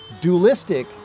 dualistic